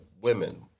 women